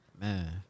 man